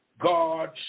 God